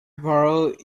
borrow